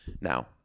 Now